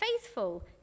faithful